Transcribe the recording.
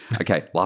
Okay